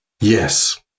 Yes